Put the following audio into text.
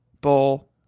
Bull